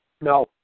No